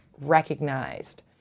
recognized